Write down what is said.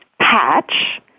patch